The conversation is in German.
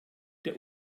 der